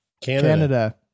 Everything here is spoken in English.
Canada